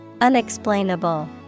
Unexplainable